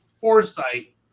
foresight